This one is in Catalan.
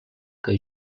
que